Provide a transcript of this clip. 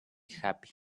happy